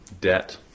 Debt